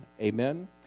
Amen